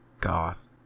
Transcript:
goth